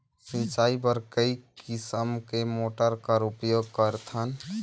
सिंचाई बर कई किसम के मोटर कर उपयोग करथन?